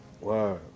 Wow